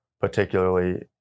particularly